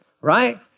right